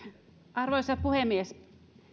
arvoisa puhemies